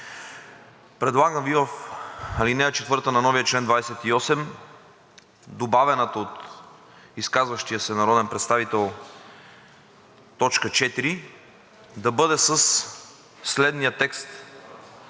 Предлагам Ви в ал. 4 на новия чл. 28 добавената от изказващия се народен представител т. 4 да бъде със следния текст: